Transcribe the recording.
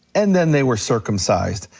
and then they were circumcised.